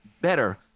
better